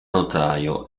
notaio